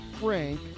Frank